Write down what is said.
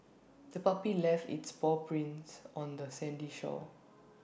the puppy left its paw prints on the sandy shore